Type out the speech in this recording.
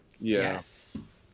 Yes